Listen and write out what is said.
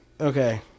Okay